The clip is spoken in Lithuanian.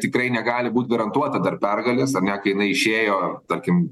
tikrai negali būt garantuota dar pergalės ar ne kai jinai išėjo tarkim